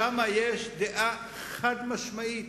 שם יש דעה חד-משמעית,